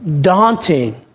daunting